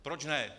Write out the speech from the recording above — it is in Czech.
Proč ne?